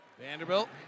Vanderbilt